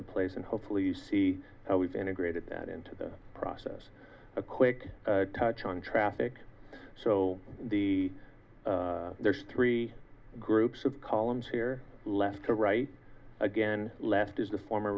of place and hopefully you see how we've integrated that into the process a quick touch on traffic so the there's three groups of columns here left to right again left is the former